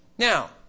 Now